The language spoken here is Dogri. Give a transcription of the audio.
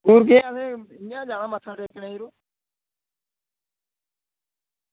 ओह् इंया गै यरो टेकने गी जाना मत्था यरो